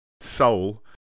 soul